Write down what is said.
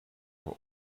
were